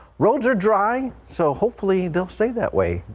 roads are dry. so hopefully they'll stay that way.